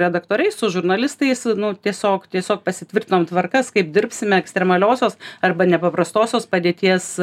redaktoriais su žurnalistais nu tiesiog tiesiog pasitvirtinom tvarkas kaip dirbsime ekstremaliosios arba nepaprastosios padėties